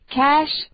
cash